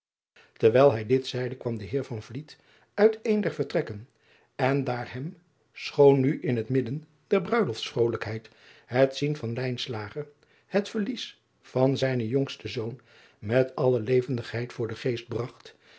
erwijl hij dit zeide kwam de eer uit een der vertrekken en daar hem schoon nu in het midden der bruiloftsvrolijkheid het zien van het verlies van zijnen jongsten zoon met alle levendigheid voor den geest bragt